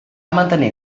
mantenir